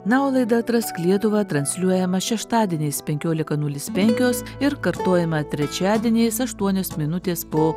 na o laida atrask lietuvą transliuojama šeštadieniais penkiolika nulis penkios ir kartojama trečiadieniais aštuonios minutės po